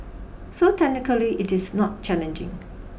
so technically it is not challenging